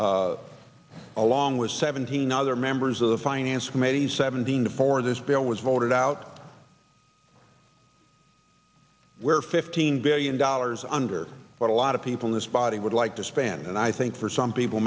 representing along with seventeen other members of the finance committee seventeen before this bill was voted out were fifteen billion dollars under what a lot of people in this body would like to spend and i think for some people